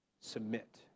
submit